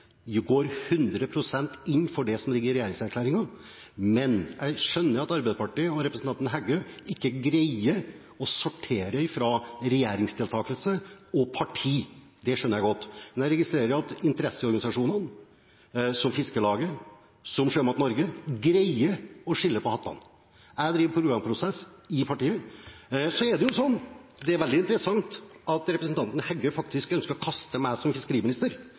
går 100 pst. inn for det som ligger i regjeringserklæringen. Jeg skjønner at Arbeiderpartiet og representanten Heggø ikke greier å sortere regjeringsdeltakelse fra parti – det skjønner jeg godt – men jeg registrerer at interesseorganisasjonene, som Fiskarlaget, som Sjømat Norge, greier å skille mellom hattene. Jeg driver programprosess i partiet. Det er veldig interessant at representanten Heggø ønsker å kaste meg som fiskeriminister